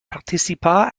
participa